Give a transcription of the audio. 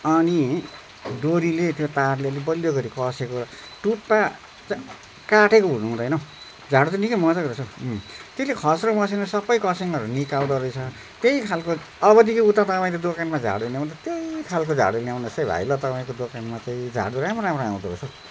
अनि डोरीले त्यो तारले अलि बलियो गरी कसेको टुप्पा चाहिँ काटेको हुनुहुँदैन झाडु चाहिँ निकै मजाको रहेछ हो त्यसले खस्रो मसिनो सबै कसिङ्गरहरू निकाल्दो रहेछ त्यही खालको अबदेखि उता तपाईँको दोकानमा झाडु ल्याउँदा त्यही खालको झाडु ल्याउनुहोस् है भाइ ल तपाईँको दोकानको चाहिँ झाडु राम्रो राम्रो आउँदो रहेछ हो